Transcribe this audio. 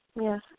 Yes